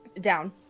down